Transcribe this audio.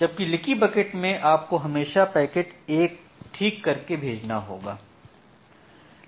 जबकि leaky bucket में आपको हमेशा पैकेट एक ठीक करके भेजना होगा